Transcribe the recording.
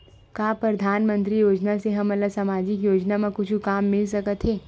का परधानमंतरी योजना से हमन ला सामजिक योजना मा कुछु काम मिल सकत हे?